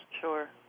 Sure